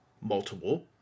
multiple